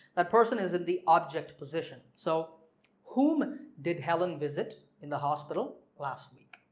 that person is in the object position so whom did helen visit in the hospital last week?